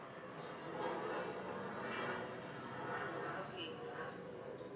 okay